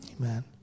Amen